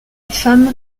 femme